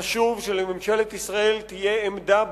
חשוב שלממשלת ישראל תהיה עמדה ברורה.